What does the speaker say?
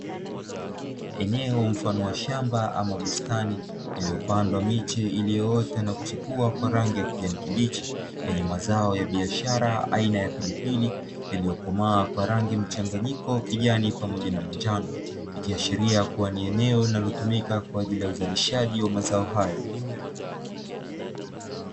Eneo mfano wa shamba ama bustani iliyopandwa miche iliyoota na kuchipua kwa rangi ya kijani kibichi, lenye mazao ya biashara aina ya pilipil, yaliyokomaa kwa rangi mchanganyiko wa kijani pamoja na manjano, ikiashiria kua ni eneo linalotumika kwa ajili ya uzalishaji wa mazao hayo.